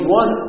one